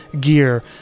gear